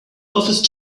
office